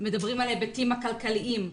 מדברים על ההיבטים הכלכליים,